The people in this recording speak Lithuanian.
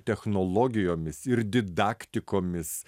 technologijomis ir didaktikomis